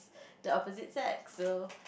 the opposite sex so